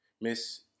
Miss